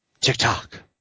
TikTok